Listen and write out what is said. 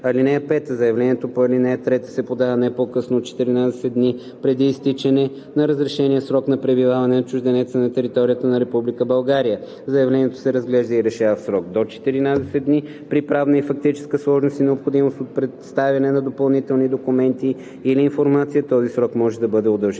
ал. 1. (5) Заявлението по ал. 3 се подава не по-късно от 14 дни преди изтичане на разрешения срок на пребиваване на чужденеца на територията на Република България. Заявлението се разглежда и решава в срок до 14 дни. При правна и фактическа сложност и необходимост от представяне на допълнителни документи или информация този срок може да бъде удължен